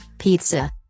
Pizza